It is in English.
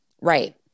Right